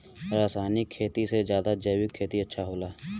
रासायनिक खेती से ज्यादा जैविक खेती अच्छा होला